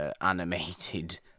animated